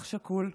אח שכול,